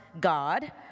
God